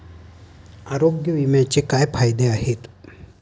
आरोग्य विम्याचे काय फायदे आहेत?